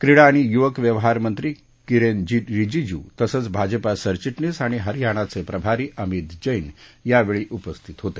क्रीडा आणि युवक व्यवहार मंत्री किरेन रिजीजू तसंच भाजपा सरचिटणीस आणि हरयाणाचे प्रभारी अमित जप्त यावेळी उपस्थित होते